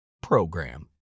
program